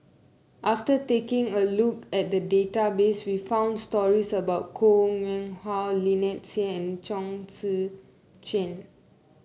after taking a look at the database we found stories about Koh Nguang How Lynnette Seah and Chong Tze Chien